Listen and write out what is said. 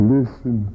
Listen